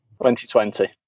2020